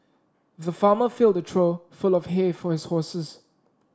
the farmer filled the trough full of hay for his horses